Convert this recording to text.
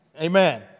Amen